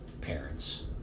parents